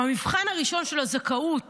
במבחן הראשון של הזכאות